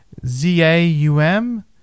ZAUM